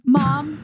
mom